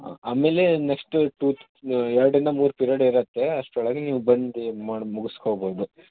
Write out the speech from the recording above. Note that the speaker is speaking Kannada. ಆಮೇಲೆ ನೆಕ್ಸ್ಟ್ ಟು ಎರಡರಿಂದ ಮೂರು ಪಿರಿಯಡ್ ಇರತ್ತೆ ಅಷ್ಟರೊಳಗೆ ನೀವು ಬಂದು ಇದು ಮಾಡಿ ಮುಗ್ಸ್ಕೊಬೋದು